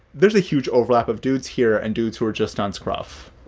there's a huge overlap of dudes here and dudes who are just on scruff.